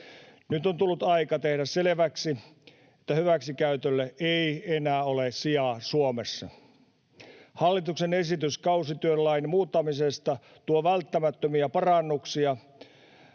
Nyt on tullut aika tehdä selväksi, että hyväksikäytölle ei enää ole sijaa Suomessa. Hallituksen esitys kausityölain muuttamisesta tuo välttämättömiä parannuksia